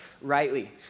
rightly